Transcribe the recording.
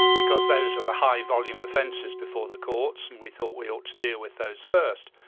because those are the high-volume offences before the courts, and we thought we ought to deal with those first.